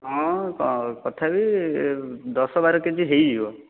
ହଁ ତଥାପି ଦଶ ବାର କେଜି ହୋଇଯିବ